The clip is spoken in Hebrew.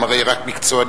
הם הרי רק מקצוענים.